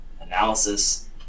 analysis